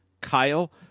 Kyle